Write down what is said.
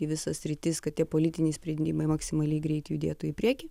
į visas sritis kad tie politiniai sprendimai maksimaliai greit judėtų į priekį